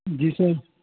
जी sir